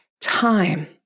time